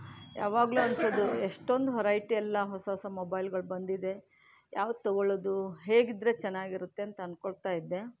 ಯಾವಾಗಲೂ ಅನ್ಸೋದು ಎಷ್ಟೊಂದು ವೆರೈಟಿ ಎಲ್ಲ ಹೊಸ ಹೊಸ ಮೊಬೈಲೆಗಳು ಬಂದಿದೆ ಯಾವ್ದು ತೊಗೊಳ್ಳೋದು ಹೇಗಿದ್ರೆ ಚೆನ್ನಾಗಿರುತ್ತೆ ಅಂತ ಅನ್ಕೊಳ್ತಾಯಿದ್ದೆ